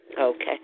Okay